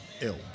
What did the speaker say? ill